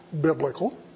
biblical